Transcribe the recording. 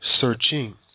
searching